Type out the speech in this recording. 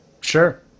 Sure